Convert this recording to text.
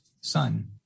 son